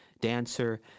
dancer